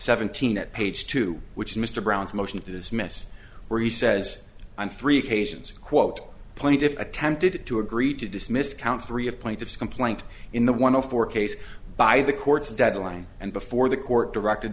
seventeen at page two which mr brown's motion to dismiss where he says on three occasions quote plaintiff's attorney did it to agree to dismiss count three of plaintiff's complaint in the one of four cases by the court's deadline and before the court directed